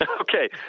Okay